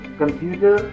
computer